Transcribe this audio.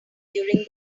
during